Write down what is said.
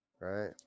right